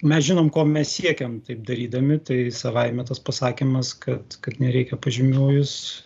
mes žinom ko mes siekiam taip darydami tai savaime tas pasakymas kad kad nereikia pažymių jis